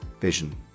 vision